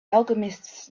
alchemists